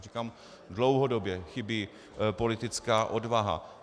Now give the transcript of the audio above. Říkám, dlouhodobě chybí politická odvaha.